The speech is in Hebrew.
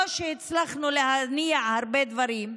לא שהצלחנו להניע הרבה דברים,